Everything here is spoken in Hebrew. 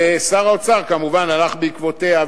ושר האוצר כמובן הלך בעקבותיה,